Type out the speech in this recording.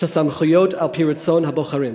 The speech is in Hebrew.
של סמכויות על-פי רצון הבוחרים.